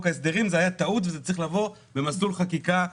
ההסדרים זה היה טעות וזה צריך לבוא במסלול חקיקה רגיל.